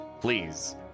please